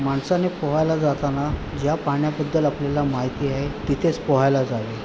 माणसाने पोहायला जाताना ज्या पाण्याबद्दल आपल्याला माहिती आहे तिथेच पोहायला जावे